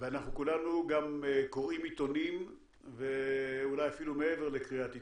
ואנחנו כולנו גם קוראים עיתונים ואולי אפילו מעבר לקריאת עיתונים,